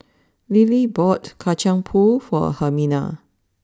Lilie bought Kacang Pool for Hermina